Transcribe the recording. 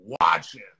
watching